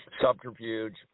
subterfuge